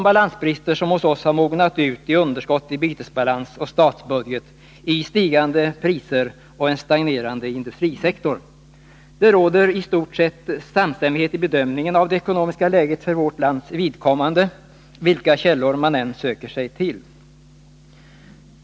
Balansbristerna har hos oss mognat ut i underskott i bytesbalans och statsbudget, i stigande priser och i en stagnerande industrisektor. Det råder i stort sett samstämmighet i bedömningen av det ekonomiska läget för vårt lands vidkommande, vilka källor man än söker sig till.